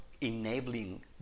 enabling